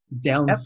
Down